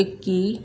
टिक्की